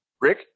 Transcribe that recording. rick